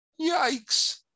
Yikes